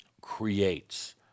creates